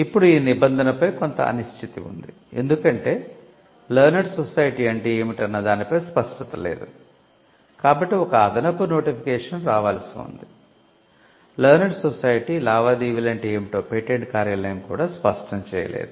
ఇప్పుడు ఈ నిబంధనపై కొంత అనిశ్చితి ఉంది ఎందుకంటే లేర్నేడ్ సొసైటీ లావాదేవీలంటే ఏమిటో పేటెంట్ కార్యాలయం కూడా స్పష్టం చేయలేదు